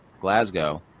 Glasgow